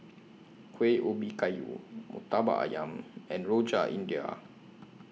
Kueh Ubi Kayu Murtabak Ayam and Rojak India